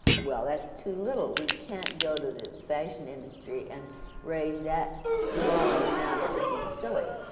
well, that's too little. we can't go to the fashion industry and raise that small an amount. it would be silly.